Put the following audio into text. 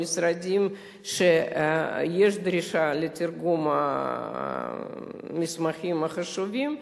במשרדים שיש דרישה לתרגום המסמכים החשובים,